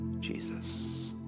Jesus